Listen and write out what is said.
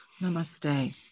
Namaste